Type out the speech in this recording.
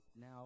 now